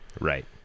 right